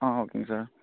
ஆ ஓகேங்க சார்